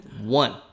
One